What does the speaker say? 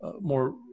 more